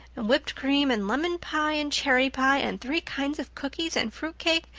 and whipped cream and lemon pie, and cherry pie, and three kinds of cookies, and fruit cake,